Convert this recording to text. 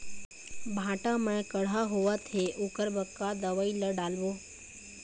भांटा मे कड़हा होअत हे ओकर बर का दवई ला डालबो?